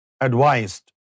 advised